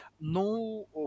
No